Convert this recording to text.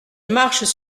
marchent